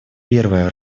первая